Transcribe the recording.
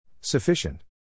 Sufficient